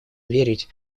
верить